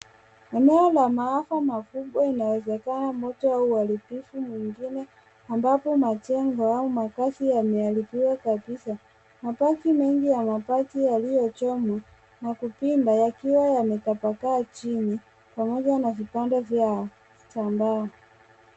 Eneo la maafa makubwa inawezekana moto au uharibifu mwingi ambapo majengo au makazi yameharibiwa kabisa, mabaki mingi ya mabati yaliyochomwa na kupinda yakiwa yametapakaa chini pamoja na vibanda vyao za mbao.